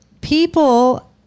people